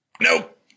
nope